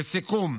לסיכום,